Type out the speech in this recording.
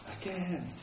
again